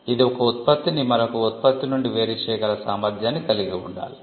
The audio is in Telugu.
ఇది ఒక ఉత్పత్తిని మరొక ఉత్పత్తి నుండి వేరు చేయగల సామర్థ్యాన్ని కలిగి ఉండాలి